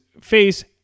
face